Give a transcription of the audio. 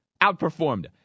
outperformed